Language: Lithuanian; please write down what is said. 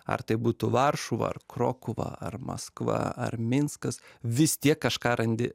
ar tai būtų varšuva ar krokuva ar maskva ar minskas vis tiek kažką randi